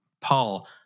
Paul